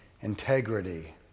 integrity